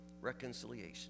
reconciliation